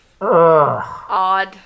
odd